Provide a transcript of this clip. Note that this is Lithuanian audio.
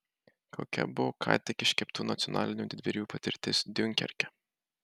kokia buvo ką tik iškeptų nacionalinių didvyrių patirtis diunkerke